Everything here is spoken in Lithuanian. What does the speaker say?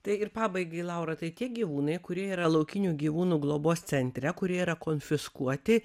tai ir pabaigai laura tai tie gyvūnai kurie yra laukinių gyvūnų globos centre kurie yra konfiskuoti